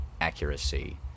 accuracy